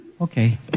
Okay